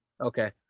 Okay